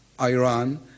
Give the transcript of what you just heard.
Iran